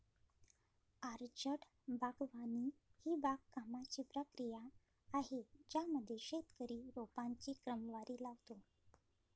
orchard बागवानी ही बागकामाची प्रक्रिया आहे ज्यामध्ये शेतकरी रोपांची क्रमवारी लावतो